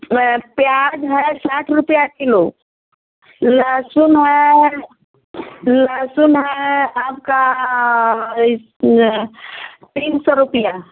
प्याज़ है साठ रुपये किलो लहसुन है लहसुन हैं आपका तीन सौ रुपये